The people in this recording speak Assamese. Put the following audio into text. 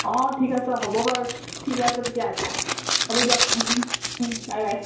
অঁ ঠিক আছে হ'ব বাৰু ঠিক আছে ঠিক হ'ব দিয়ক বাই বাই